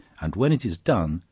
and when it is done,